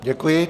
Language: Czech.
Děkuji.